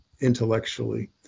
intellectually